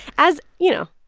as, you know,